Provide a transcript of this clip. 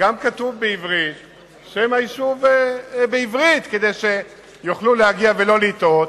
כתוב גם שם היישוב בעברית כדי שיוכלו להגיע ולא לטעות,